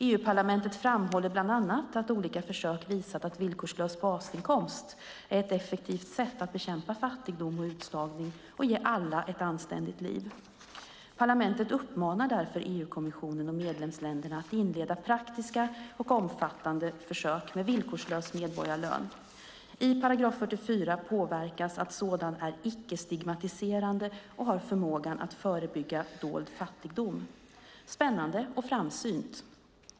EU-parlamentet framhåller bland annat att olika försök visat att villkorslös basinkomst är ett effektivt sätt att bekämpa fattigdom och utslagning och att ge alla ett anständigt liv. Parlamentet uppmanar därför EU-kommissionen och medlemsländerna att inleda praktiska och omfattande försök med villkorslös medborgarlön. I 44 § påpekas att sådan är icke-stigmatiserande och har förmågan att förebygga dold fattigdom - spännande och framsynt.